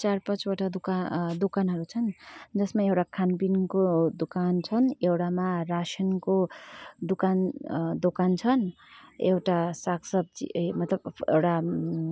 चार पाँच छवटा दोका दोकानहरू छन् जसमा एउटा खानपिनको दोकान छन् एउटामा रासिनको दोकान दोकान छन् एउटा साग सब्जी ए मतलब एउटा